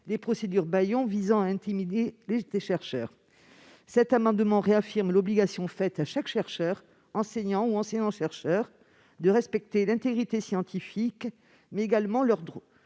procédures bâillons visant à intimider les chercheurs, etc. Cet amendement réaffirme l'obligation faite à chaque chercheur, enseignant ou enseignant-chercheur de respecter l'intégrité scientifique, mais il réaffirme aussi leur droit